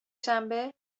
شنبه